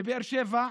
בבאר שבע,